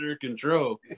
control